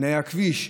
תנאי הכביש,